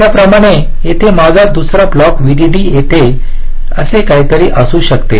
त्याचप्रमाणे येथे माझा दुसरा ब्लॉक व्हीडीडी येथे असे काहीतरी असू शकते